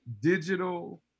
digital